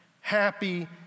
happy